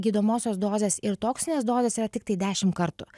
gydomosios dozės ir toksinės dozės yra tiktai dešim kartų